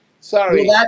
Sorry